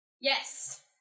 Yes